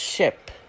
Ship